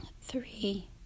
three